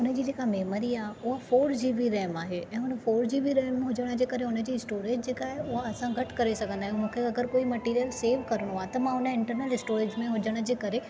उन जी जेका मेमरी आहे उहा फोर जीबी रेम आहे ऐं हुन फोर जीबी रेम हुजण जे करे हुनजी स्टोरेज जेका आहे उहा असां घटि करे सघंदा आहियूं मूंखे अगरि कोई मटीरियल सेव करणो आहे त मां उन जे इंटरनल स्टोरेज में हुजण जे करे